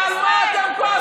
על מה הקונסנזוס?